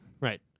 right